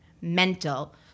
mental